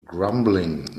grumbling